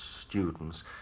students